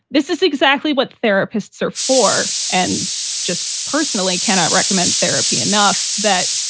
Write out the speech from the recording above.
this is exactly what therapists are for and just personally cannot recommend therapy enough that,